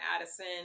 Addison